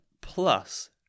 plus